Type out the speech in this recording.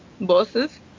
bosses